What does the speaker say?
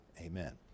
amen